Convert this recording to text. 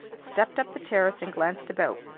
stepped up the terrace and glanced about,